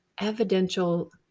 evidential